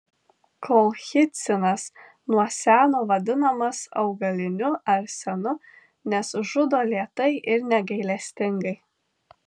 kolchicinas nuo seno vadinamas augaliniu arsenu nes žudo lėtai ir negailestingai